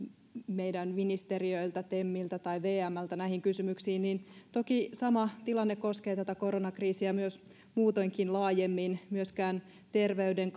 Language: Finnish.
meidän ministeriöiltä temiltä tai vmltä niin toki sama tilanne koskee tätä koronakriisiä myös muutoinkin laajemmin myöskään terveyden